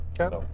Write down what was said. okay